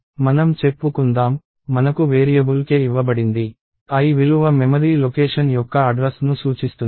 మనం చెప్పుకుందాం మనకు వేరియబుల్ k ఇవ్వబడింది l విలువ మెమరీ లొకేషన్ యొక్క అడ్రస్ ను సూచిస్తుంది